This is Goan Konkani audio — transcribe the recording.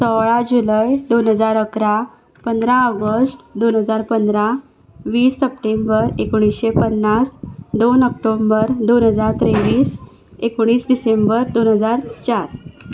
सोळा जुलय दोन हजार इकरा पंदरा ऑगस्ट दोन हजार पंदरा वीस सप्टेंबर एकुणशे पन्नास दोन ऑक्टोबर दोन हजार तेव्वीस एकुणीस डिसेंबर दोन हजार चार